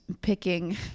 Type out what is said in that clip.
picking